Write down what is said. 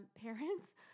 parents